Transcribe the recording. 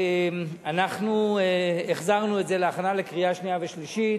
ואנחנו החזרנו את זה להכנה לקריאה שנייה ושלישית